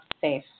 safe